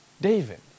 David